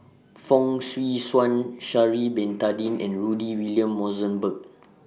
Fong Swee Suan Sha'Ari Bin Tadin and Rudy William Mosbergen